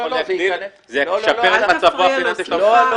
--- זה ישפר את מצבו הפיננסי של --- לא,